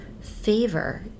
favor